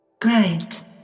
Great